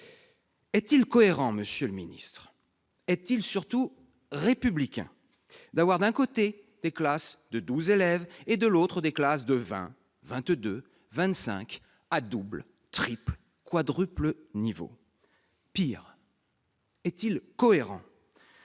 Est-il cohérent, monsieur le ministre, est-il surtout républicain d'avoir, d'un côté, des classes de 12 élèves et, de l'autre, des classes de 20, 22, 25 élèves à double, triple ou quadruple niveau ? Pis, est-il cohérent